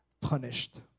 punished